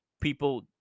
people